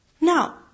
Now